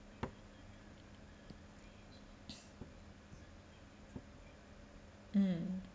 mm